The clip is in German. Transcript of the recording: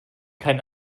kein